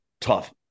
tough